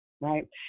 right